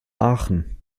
aachen